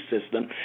system